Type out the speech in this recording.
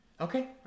Okay